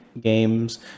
games